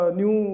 new